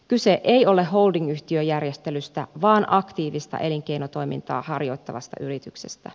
kyse ei ole holdingyhtiöjärjestelystä vaan aktiivista elinkeinotoimintaa harjoittavasta yrityksestä